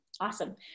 Awesome